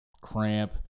cramp